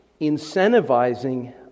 incentivizing